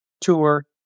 tour